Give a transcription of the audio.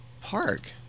Park